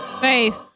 Faith